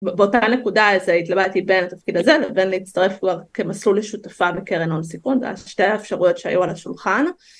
באותה נקודה אז התלבטתי בין התפקיד הזה לבין להצטרף כבר כמסלול לשותפה בקרן הון סיכון זה היה שתי האפשרויות שהיו על השולחן